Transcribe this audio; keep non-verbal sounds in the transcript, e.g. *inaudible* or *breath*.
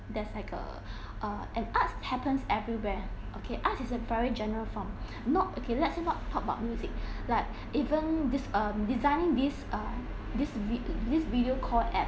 there's like a *breath* uh and arts happens everywhere okay arts is a very general form *breath* not okay let's not talk about music *breath* like *breath* even this um designing this (uh)this vid~~ this video call app